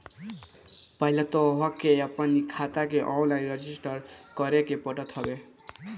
पहिले तोहके अपनी खाता के ऑनलाइन रजिस्टर करे के पड़त हवे